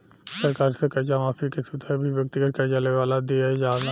सरकार से कर्जा माफी के सुविधा भी व्यक्तिगत कर्जा लेवे वाला के दीआला